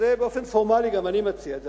אז באופן פורמלי גם אני מציע את זה,